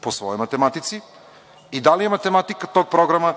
po svojoj matematici i da li je matematika tog programa